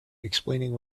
explaining